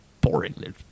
boring